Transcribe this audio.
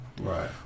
Right